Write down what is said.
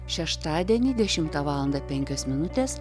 šeštadienį dešimtą valandą penkios minutės